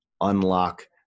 unlock